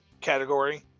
category